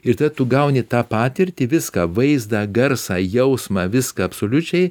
ir tada tu gauni tą patirtį viską vaizdą garsą jausmą viską absoliučiai